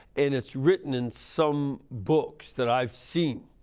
and it's written in some books that i've seen.